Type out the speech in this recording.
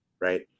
Right